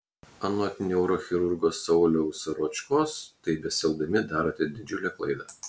anot neurochirurgo sauliaus ročkos taip besielgdami darote didžiulę klaidą